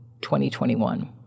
2021